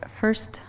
first